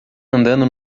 andando